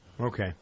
Okay